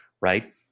right